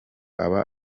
aba